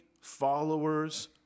followers